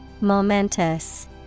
Momentous